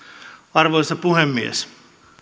arvoisa puhemies